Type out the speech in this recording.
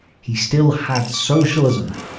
he still had socialism.